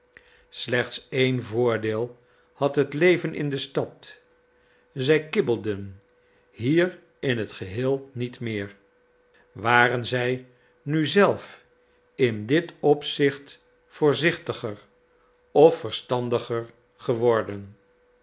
slechts één voordeel had het leven in de stad zij kibbelden hier in t geheel niet meer waren zij nu zelf in dit opzicht voorzichtiger of verstandiger geworden